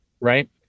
Right